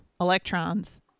electrons